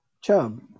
chub